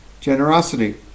generosity